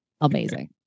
amazing